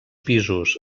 pisos